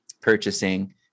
purchasing